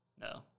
No